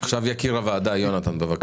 יקיר הוועדה יונתן, בבקשה.